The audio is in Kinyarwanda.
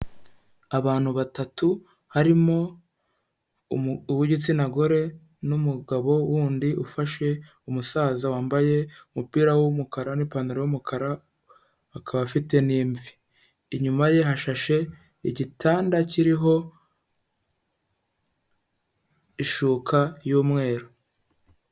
Abantu batatu harimo uw'igitsina gore n'umugabo wundi ufashe umusaza, wambaye umupira w'umukara n'ipantaro y'umukara akaba afite n'imvi, inyuma ye hashashe igitanda kiriho ishuka y'umweru.